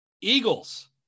Eagles